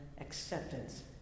acceptance